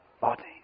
body